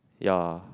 ya